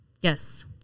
Yes